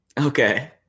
Okay